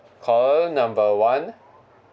call number one